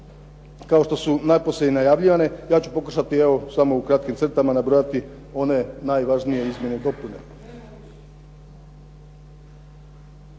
kao što su napose i najavljivane ja ću pokušati evo samo u kratkim crtama nabrojati one najvažnije izmjene i dopune.